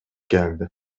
geldi